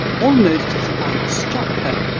almost as if i'd struck her,